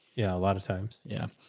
yeah. a lot of times. yeah.